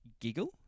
giggle